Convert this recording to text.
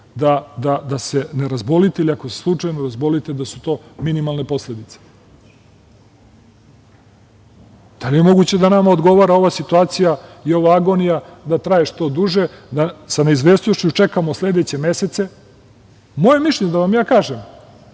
da se ne razbolite ili ako se slučajno razbolite da su to minimalne posledice. Da li je moguće da nama odgovara ova situacija i ova agonija da traje što duže, sa neizvesnošću da čekamo sledeće mesece? Moje mišljenje da vam ja kažem,